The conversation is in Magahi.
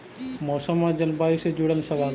मौसम और जलवायु से जुड़ल सवाल?